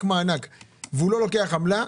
רק מענה והוא לא לוקח עמלה,